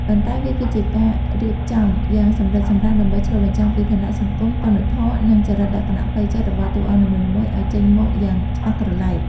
ប៉ុន្តែវាគឺជាការរៀបចំយ៉ាងសម្រិតសម្រាំង ដើម្បីឆ្លុះបញ្ចាំងពីឋានៈ សង្គម គុណធម៌ និងចរិតលក្ខណៈផ្លូវចិត្តរបស់តួអង្គនីមួយៗឱ្យចេញមកយ៉ាងច្បាស់ក្រឡែត។